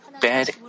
bad